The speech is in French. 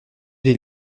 des